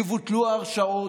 יבוטלו ההרשעות,